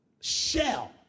shell